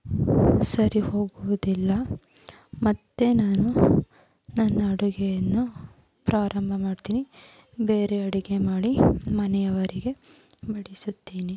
ಸರಿ ಹೋಗುವುದಿಲ್ಲ ಮತ್ತೆ ನಾನು ನನ್ನ ಅಡುಗೆಯನ್ನು ಪ್ರಾರಂಭ ಮಾಡ್ತೀನಿ ಬೇರೆ ಅಡುಗೆ ಮಾಡಿ ಮನೆಯವರಿಗೆ ಬಡಿಸುತ್ತೇನೆ